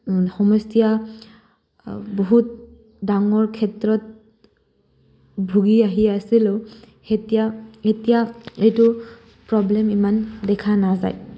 সমস্যা বহুত ডাঙৰ ক্ষেত্ৰত ভুগি আহি আছিলোঁ সেতিয়া এতিয়া এইটো প্ৰব্লেম ইমান দেখা নাযায়